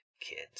kids